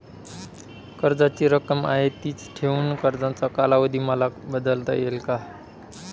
कर्जाची रक्कम आहे तिच ठेवून कर्जाचा कालावधी मला बदलता येईल का?